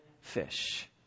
fish